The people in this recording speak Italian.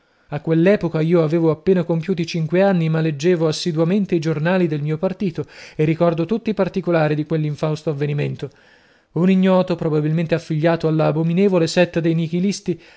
a quell'epoca io aveva appena compiuti i cinque anni ma leggevo assiduamente i giornali del mio partito e ricordo tutti i particolari di quell'infausto avvenimento un ignoto probabilmente affigliato alla abbominevole setta dei nihilisti